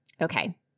Okay